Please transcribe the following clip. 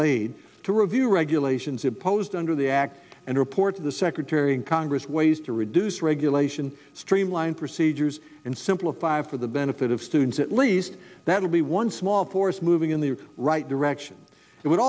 aid to review regulations imposed under the act and report to the secretary in congress ways to reduce regulation streamline procedures and simplify for the benefit of students at least that would be one small force moving in the right direction it would